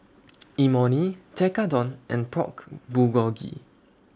Imoni Tekkadon and Pork Bulgogi